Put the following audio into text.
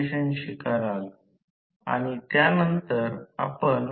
तर हे induction machine ची समतुल्य सर्किट आहे